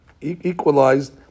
equalized